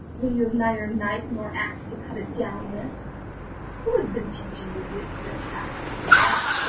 when you have neither knife nor axe to cut it down with who has been teaching you wisdom asked the fox,